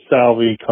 Salvi